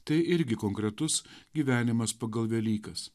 tai irgi konkretus gyvenimas pagal velykas